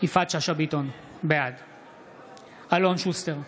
יפעת שאשא ביטון, בעד אלון שוסטר,